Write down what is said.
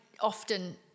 often